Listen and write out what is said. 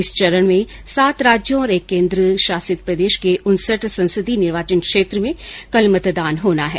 इस चरण में सात राज्यों और एक केन्द्र शासित प्रदेश के उनसठ संसदीय निर्वाचन क्षेत्र में कल मतदान होना है